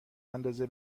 اندازه